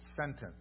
sentence